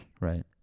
right